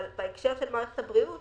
בהקשר של מערכת הבריאות